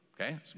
Okay